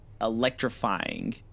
electrifying